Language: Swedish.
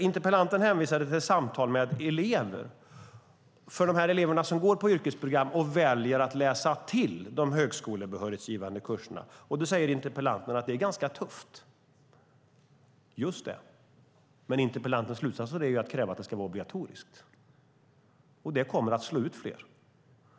Interpellanten hänvisar till samtal med elever som går yrkesprogram och väljer att läsa till de högskolebehörighetsgivande kurserna, och interpellanten säger att det är ganska tufft. Just det, men interpellantens slutsats är att kräva att det ska vara obligatoriskt. Men det kommer att slå ut fler.